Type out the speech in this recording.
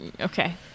Okay